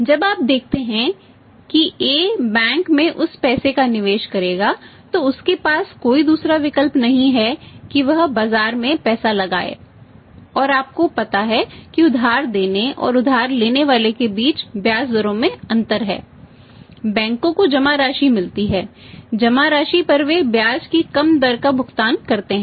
जब आप देखते हैं कि A बैंक में उस पैसे का निवेश करेगा तो उसके पास कोई दूसरा विकल्प नहीं है कि वह बाजार में पैसा लगाए और आपको पता है कि उधार देने और उधार लेने वाले के बीच ब्याज दरों में अंतर है बैंकों को जमा राशि मिलती है जमा राशि पर वे ब्याज की कम दर का भुगतान करते हैं